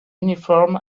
uniform